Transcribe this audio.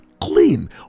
clean